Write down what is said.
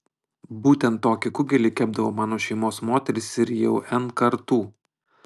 būtent tokį kugelį kepdavo mano šeimos moterys ir jau n kartų